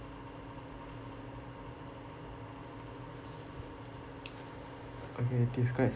okay describe